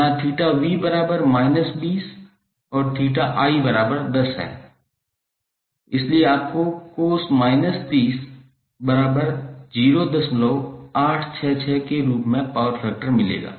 यहाँ 𝜃𝑣 20 और 𝜃i10 है इसलिए आपको cos 0866 के रूप में पावर फैक्टर मिलेगा